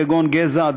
כגון גזע,